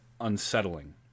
unsettling